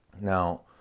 Now